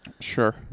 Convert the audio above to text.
Sure